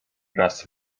raz